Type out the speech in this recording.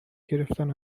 گرفتن